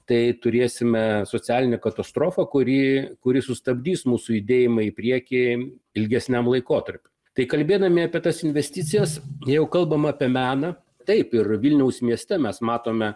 tai turėsime socialinę katastrofą kuri kuri sustabdys mūsų judėjimą į priekį ilgesniam laikotarpiui tai kalbėdami apie tas investicijas jau kalbam apie meną taip ir vilniaus mieste mes matome